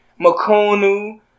Makunu